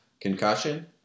concussion